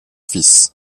fils